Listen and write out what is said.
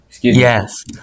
Yes